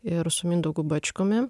ir su mindaugu bačkumi